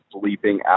sleeping